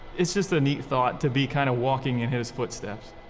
it's just a neat thought to be kind of walking in his footsteps.